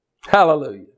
Hallelujah